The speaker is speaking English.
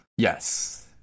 Yes